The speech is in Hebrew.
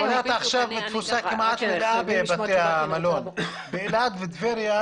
בתקופה הזאת באילת ובטבריה,